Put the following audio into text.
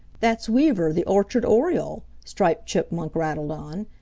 that's weaver the orchard oriole, striped chipmunk rattled on.